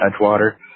Edgewater